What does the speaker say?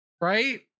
right